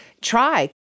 try